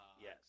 Yes